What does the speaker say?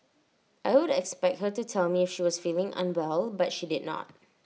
I would expect her to tell me she was feeling unwell but she did not